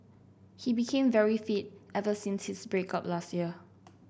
he became very fit ever since his break up last year